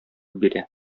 бирә